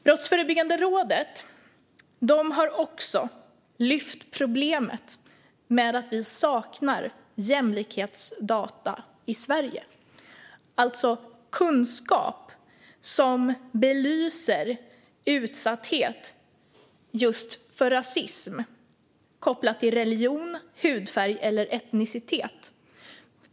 Brottsförebyggande rådet har också lyft fram problemet med att vi saknar jämlikhetsdata i Sverige, alltså kunskap som belyser utsatthet för rasism kopplat till religion, hudfärg eller etnicitet.